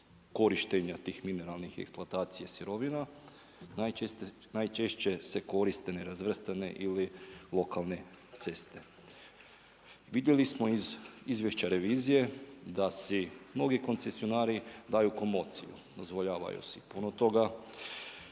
korištenja tih mineralnih eksploatacija i sirovina, najčešće se koriste nerazvrstane ili lokalne ceste. Vidjeli smo iz izvješća revizije, da si novi koncesionari daju komocije. Dozvoljavaju si puno toga,